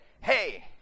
hey